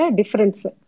difference